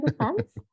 defense